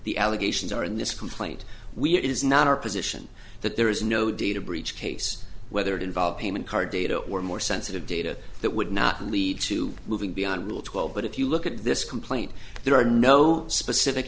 the allegations are in this complaint we it is not our position that there is no data breach case whether it involves payment card data or more sensitive data that would not lead to moving beyond twelve but if you look at this complaint there are no specific